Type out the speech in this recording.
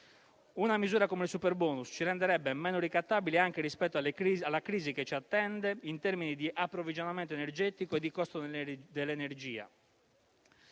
Una misura come il superbonus ci renderebbe meno ricattabili anche rispetto alla crisi che ci attende in termini di approvvigionamento energetico e di costo dell'energia.